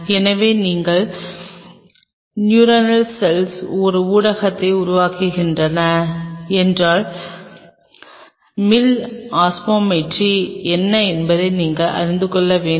எனவே நீங்கள் ஒரு ஊடகத்தை உருவாக்குகிறீர்கள் என்றால் மில் ஒஸ்மோலரிட்டி என்ன என்பதை நீங்கள் அறிந்து கொள்ள வேண்டும்